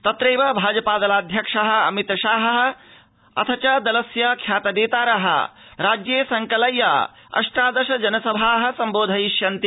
तत्रैव भाजपादलाध्यक्षः अमितशाहः अथ च दलस्य ख्यातनेतारः राज्ये संकलय्य अष्टादश जनसभाः सम्बोधयिष्यन्ति